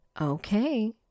Okay